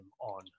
on